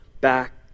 back